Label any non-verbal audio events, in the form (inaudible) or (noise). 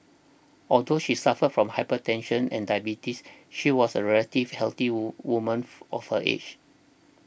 although she suffered from hypertension and diabetes she was a relatively healthy (unintelligible) woman (noise) of her age